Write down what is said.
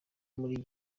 muri